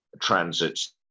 transits